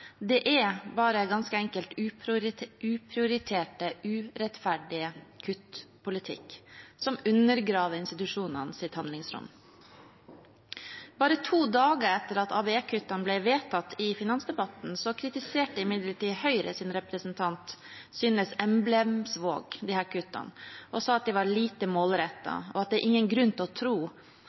det er bare ganske enkelt uprioritert, urettferdig kutt-politikk som undergraver institusjonenes handlingsrom. Bare to dager etter at ABE-kuttene ble vedtatt i finansdebatten, kritiserte imidlertid Høyres representant Synnes Emblemsvåg disse kuttene og sa at de var lite målrettede, og at det er ingen grunn til å tro